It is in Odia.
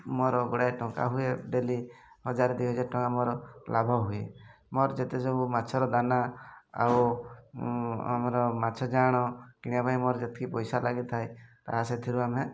ମୋର ଗୁଡ଼ିଏ ଟଙ୍କା ହୁଏ ଡେଲି ହଜାର ଦୁଇହଜାର ଟଙ୍କା ମୋର ଲାଭ ହୁଏ ମୋର ଯେତେ ସବୁ ମାଛର ଦାନା ଆଉ ଆମର ମାଛ ଜାଁଆଳ କିଣିବା ପାଇଁ ମୋର ଯେତିକି ପଇସା ଲାଗିଥାଏ ତାହା ସେଥିରୁ ଆମେ